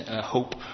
hope